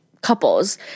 couples